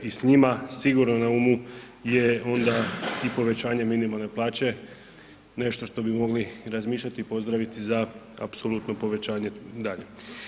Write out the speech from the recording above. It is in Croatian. I s njima sigurno na umu je onda i povećanje minimalne plaće nešto što bi mogli razmišljati i pozdraviti za apsolutno povećanje dalje.